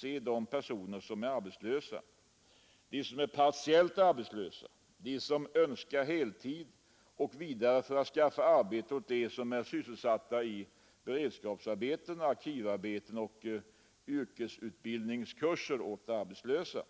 kraven från de personer som är arbetslösa, som är partiellt arbetslösa, som önskar heltid, och vidare för att skaffa arbete åt dem som är sysselsatta i beredskapsarbeten, arkivarbeten och yrkesutbildningskurser för arbetslösa.